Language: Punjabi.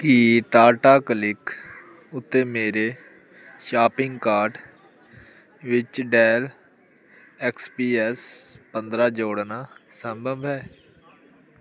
ਕੀ ਟਾਟਾ ਕਲਿਕ ਉੱਤੇ ਮੇਰੇ ਸ਼ਾਪਿੰਗ ਕਾਰਟ ਵਿੱਚ ਡੈੱਲ ਐਕਸ ਪੀ ਐੱਸ ਪੰਦਰਾਂ ਜੋੜਨਾ ਸੰਭਵ ਹੈ